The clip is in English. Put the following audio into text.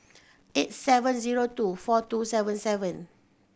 eight seven zero two four two seven seven